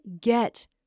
get